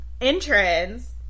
entrance